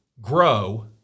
grow